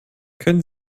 können